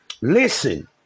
listen